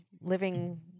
living